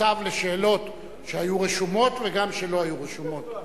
שאלות שהיו רשומות וגם שלא היו רשומות.